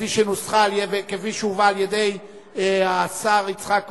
כפי שנוסחה וכפי שהובאה על-ידי השר יצחק כהן,